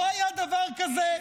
לא היה דבר כזה.